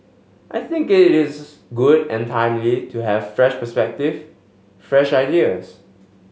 I think it is good and timely to have fresh perspective fresh ideas